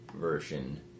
version